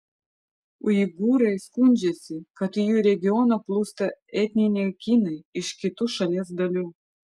uigūrai skundžiasi kad į jų regioną plūsta etniniai kinai iš kitų šalies dalių